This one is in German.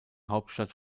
hauptstadt